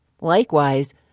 Likewise